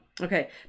Okay